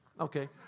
Okay